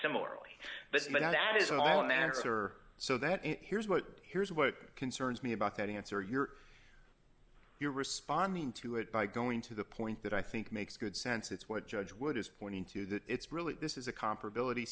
matter so that here's what here's what concerns me about that answer your you're responding to it by going to the point that i think makes good sense it's what judge wood is pointing to that it's really this is a comparability